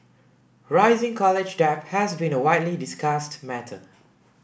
rising college debt has been a widely discussed matter